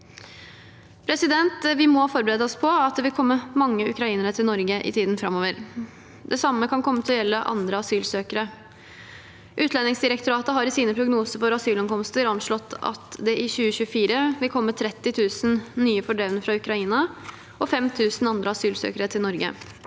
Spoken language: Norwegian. innbyggerne. Vi må forberede oss på at det vil komme mange ukrainere til Norge i tiden framover. Det samme kan komme til å gjelde andre asylsøkere. Utlendingsdirektoratet har i sine prognoser for asylankomster anslått at det i 2024 vil komme 30 000 nye fordrevne fra Ukraina og 5 000 andre asylsøkere til Norge.